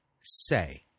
say